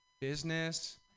business